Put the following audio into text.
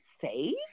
safe